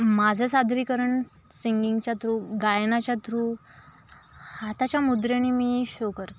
माझं सादरीकरण सिंगिंगच्या थ्रू गायनाच्या थ्रू हाताच्या मुद्रेने मी शो करते